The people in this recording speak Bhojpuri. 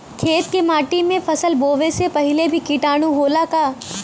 खेत के माटी मे फसल बोवे से पहिले भी किटाणु होला का?